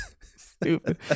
Stupid